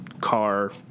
car